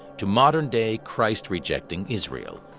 to modern-day, christ-rejecting israel.